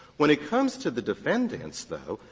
when it comes to the defendants, though,